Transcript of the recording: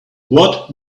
what